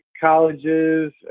colleges